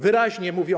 Wyraźnie mówią.